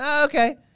Okay